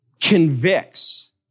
convicts